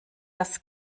das